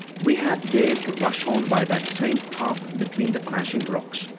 we had dared to rush on by that same path between the clashing rocks!